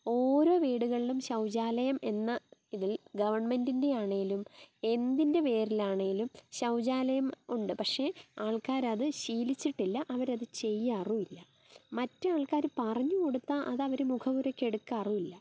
ഓരോ വീടുകളിലും ശൗചാലയം എന്ന ഇതിൽ ഗവൺമെന്റിൻ്റെ ആണേലും എന്തിൻ്റെ പേരിലാണേലും ശൗചാലയം ഉണ്ട് പക്ഷേ ആൾക്കാരത് ശീലിച്ചിട്ടില്ല അവരത് ചെയ്യാറുമില്ല മറ്റ് ആൾക്കാര് പറഞ്ഞ് കൊടുത്താൽ അത് അവര് മുഖവരക്ക് എടുക്കാറുമില്ല